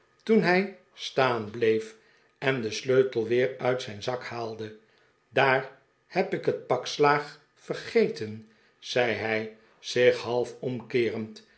toen hij staan bleef en den sleutel weer uit zijn zak haalde daar heb ik het pak slaag vergeten zei hij zich half omkeerend